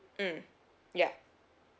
mm ya